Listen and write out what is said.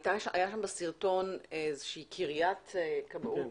בסרטון הייתה איזושהי קריית כבאות.